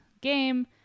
game